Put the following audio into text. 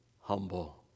humble